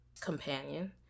companion